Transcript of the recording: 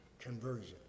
conversion